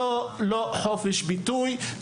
זה לא חופש ביטוי,